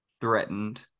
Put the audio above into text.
threatened